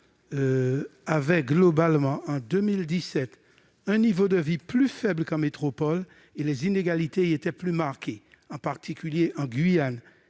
avaient globalement, en 2017, un niveau de vie plus faible qu'en métropole, et les inégalités y étaient plus marquées, en particulier en Guyane,